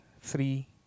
three